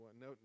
No